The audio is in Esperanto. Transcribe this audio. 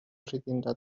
ridinda